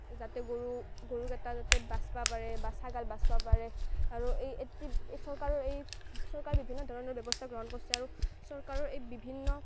যাতে গৰু গৰুকেইটা যাতে বচাব পাৰে বা ছাগাল বচাব পাৰে আৰু এই এটি এই চৰকাৰৰ এই চৰকাৰৰ বিভিন্ন ধৰণৰ ব্যৱস্থা গ্ৰহণ কৰিছে আৰু চৰকাৰৰ এই বিভিন্ন